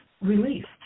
released